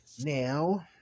Now